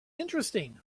interesting